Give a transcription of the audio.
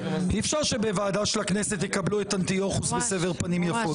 אי אפשר שבוועדה של הכנסת יקבלו את אנטיוכוס בסבר פנים יפות.